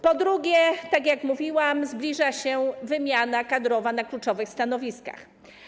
Po drugie, tak jak mówiłam, zbliża się wymiana kadrowa na kluczowych stanowiskach.